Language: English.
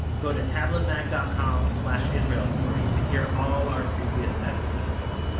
go to tabletmag dot com slash israel story to hear all our previous episodes.